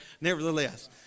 nevertheless